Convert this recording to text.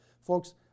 Folks